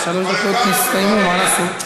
שלוש הדקות הסתיימו, מה לעשות.